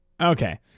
Okay